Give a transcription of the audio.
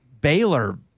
Baylor